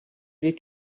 les